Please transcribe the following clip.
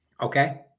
Okay